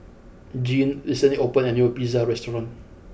Jeanne recently opened a new Pizza restaurant